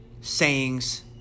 sayings